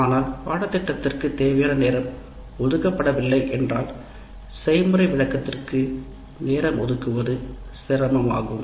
ஆனால் பாடத்திட்டத்திற்கு தேவையான நேரம் ஒதுக்கப்பட வில்லை என்றால் செய்முறை விளக்கத்திற்கு நேரம் ஒதுக்குவது சிரமமாகும்